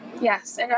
yes